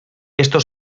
esto